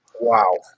Wow